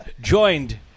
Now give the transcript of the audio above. joined